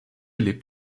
lebt